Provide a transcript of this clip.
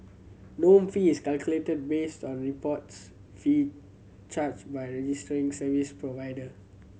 norm fee is calculated based on the reports fee charged by registering service provider